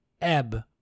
ebb